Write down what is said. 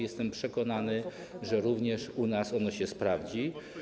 Jestem przekonany, że również u nas ono się sprawdzi.